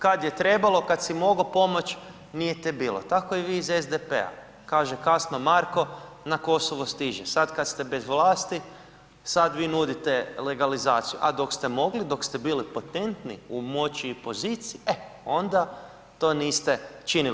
Kad je trebalo, kad si mogo pomoć nije te bilo, tako i vi iz SDP-a, kaže kasno Marko na Kosovo stiže, sad kad ste bez vlasti sad vi nudite legalizaciju, a dok ste mogli, dok ste bili potentni u moći i poziciji, e onda to niste činili.